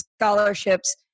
scholarships